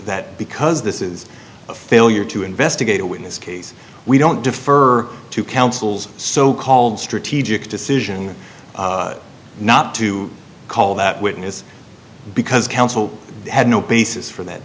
that because this is a failure to investigate a witness case we don't defer to counsel's so called strategic decision not to call that witness because counsel had no basis for that